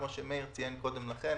כמו שציין מאיר קודם לכן.